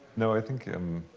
no, i think